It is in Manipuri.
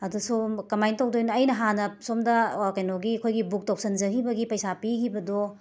ꯑꯗꯣ ꯁꯣꯝ ꯀꯃꯥꯏꯅ ꯇꯧꯗꯣꯏꯅꯣ ꯑꯩꯅ ꯍꯥꯟꯅ ꯁꯣꯝꯗ ꯀꯩꯅꯣꯒꯤ ꯑꯩꯈꯣꯏꯒꯤ ꯕꯨꯛ ꯇꯧꯁꯟꯖꯈꯤꯕꯒꯤ ꯄꯩꯁꯥ ꯄꯤꯈꯤꯕꯗꯣ